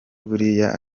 buriya